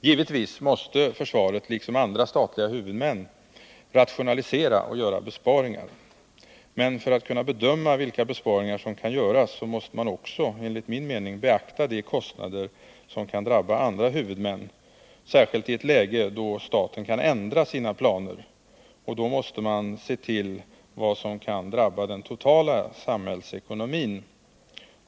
Givetvis måste försvaret liksom andra statliga huvudmän rationalisera och göra besparingar, men för att kunna bedöma vilka besparingar som kan göras måste man också — enligt min mening — beakta de kostnader som kan drabba andra huvudmän, särskilt i ett läge då staten kan ändra sina planer. Då måste man se till vad som kan drabba den totala samhällsekonomin.